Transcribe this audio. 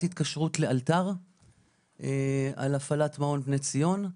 התקשרות לאלתר על הפעלת מעון "בני ציון".